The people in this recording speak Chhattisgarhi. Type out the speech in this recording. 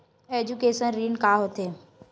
एजुकेशन ऋण का होथे?